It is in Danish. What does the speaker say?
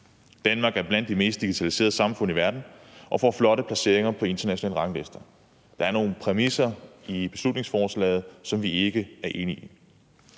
Danmark er blandt de mest digitaliserede samfund i verden og får flotte placeringer på internationale ranglister. Der er nogle præmisser i beslutningsforslaget, som vi ikke er enige i.